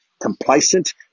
complacent